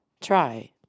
Try